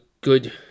good